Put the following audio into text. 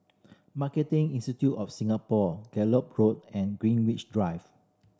Marketing Institute of Singapore Gallop Road and Greenwich Drive